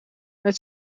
met